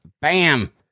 bam